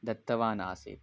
दत्तवान् आसीत्